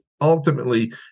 ultimately